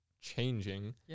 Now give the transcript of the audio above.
changing